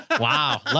Wow